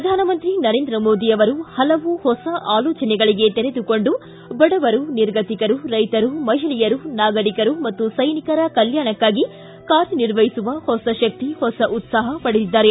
ಪ್ರಧಾನಮಂತ್ರಿ ನರೇಂದ್ರ ಮೋದಿ ಅವರು ಪಲವು ಹೊಸ ಆಲೋಚನೆಗಳಿಗೆ ತೆರೆದುಕೊಂಡು ಬಡವರು ನಿರ್ಗತಿಕರು ರೈತರು ಮಹಿಳೆಯರು ನಾಗರಿಕರು ಮತ್ತು ಸೈನಿಕರ ಕಲ್ಕಾಣಕಾಗಿ ಕಾರ್ಯ ನಿರ್ವಹಿಸುವ ಹೊಸಶಕ್ತಿ ಹೊಸ ಉತ್ಸಾಪ ಪಡೆದಿದ್ದಾರೆ